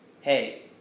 hey